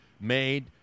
made –